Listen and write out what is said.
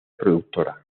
productora